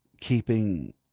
keeping